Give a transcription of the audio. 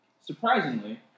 surprisingly